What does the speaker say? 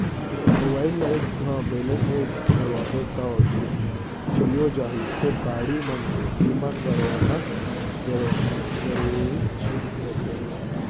mobile ल एक घौं बैलेंस नइ भरवाबे तौ चलियो जाही फेर गाड़ी मन के बीमा करवाना जरूरीच रथे